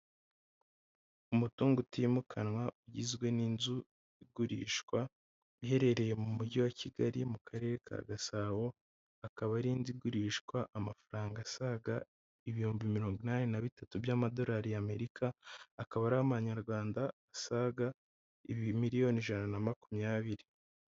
Umutungo utimukanwa ugizwe n'inzu igurishwa, iherereye mu mujyi wa Kigali mu karere ka Gasabo, akaba ari inzu igurishwa amafaranga asaga ibihumbi mirongo inani na bitatu by'Amadolari y'Amerika, akaba ari amanyarwanda asaga miliyoni ijana na makumyabiri.